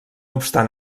obstant